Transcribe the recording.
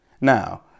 Now